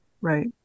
Right